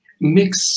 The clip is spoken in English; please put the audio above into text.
mix